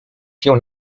się